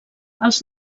els